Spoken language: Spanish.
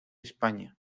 españa